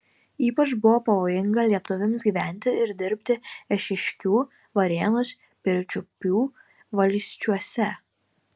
ypač buvo pavojinga lietuviams gyventi ir dirbti eišiškių varėnos pirčiupių valsčiuose